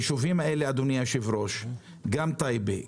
היישובים האלה גם טייבה,